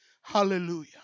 Hallelujah